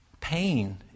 Pain